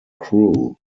crew